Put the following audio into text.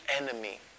enemy